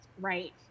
right